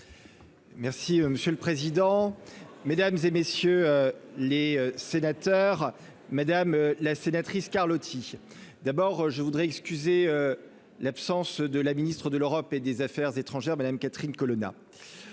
Merci monsieur le président, Mesdames et messieurs les sénateurs, madame la sénatrice Carlotti d'abord je voudrais excuser l'absence de la ministre de l'Europe et des Affaires étrangères, Madame Catherine Colonna,